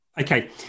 Okay